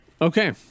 Okay